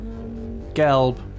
Gelb